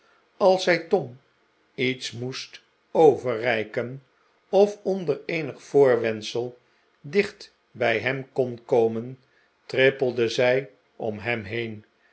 als zij tom iets moest overreiken of onder eenig voorwendsel dicht bij hem kon komen trippelde zij om hem heen